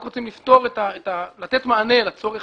רק רוצים לתת מענה לצורך